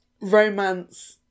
romance